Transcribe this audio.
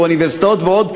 באוניברסיטאות ועוד,